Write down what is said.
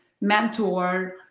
mentor